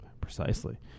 precisely